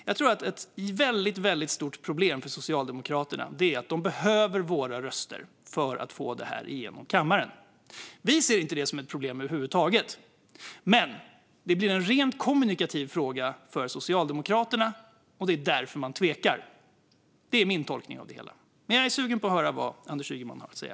Jag tror att ett stort problem för Socialdemokraterna är att de behöver våra röster för att få förslaget genom kammaren. Vi ser inte det som ett problem över huvud taget, men det blir en rent kommunikativ fråga för Socialdemokraterna - och det är därför man tvekar. Det är min tolkning av det hela. Men jag är sugen på att höra vad Anders Ygeman har att säga.